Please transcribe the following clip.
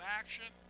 action